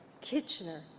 Kitchener